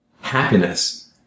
happiness